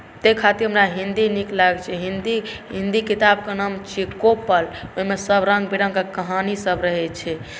ताहि खातिर हमरा हिन्दी नीक लागैत छै हिन्दी किताबके नाम छियै कोपल ओहिमे सभ रङ्ग बिरङ्गक कहानीसभ रहैत छै